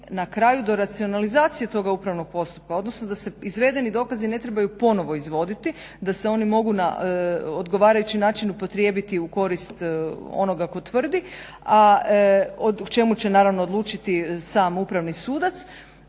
na kraju do racionalizacije tog upravnog postupka odnosno da se izvedeni dokazi ne trebaju ponovo izvoditi, da se oni mogu na odgovarajući način upotrijebiti u korist onoga tko tvrdi, a o čemu će naravno odlučiti sam upravni sudac.